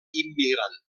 immigrant